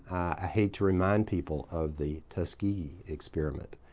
i hate to remind people of the tuskegee experiment.